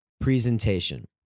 Presentation